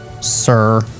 Sir